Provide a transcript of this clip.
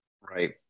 Right